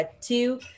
two